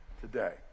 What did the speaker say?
today